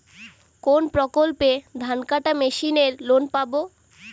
কোন প্রকল্পে ধানকাটা মেশিনের লোন পাব?